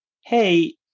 hey